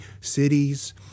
cities